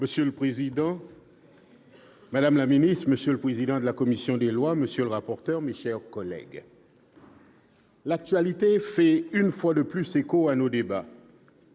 Monsieur le président, madame la ministre, monsieur le président de la commission des lois, monsieur le rapporteur, mes chers collègues, l'actualité fait une fois de plus écho à nos débats.